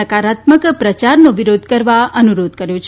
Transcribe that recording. નકારાત્મક પ્રચારનો વિરોધ કરવા અનુરોધ કર્યો છે